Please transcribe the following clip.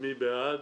מי בעד?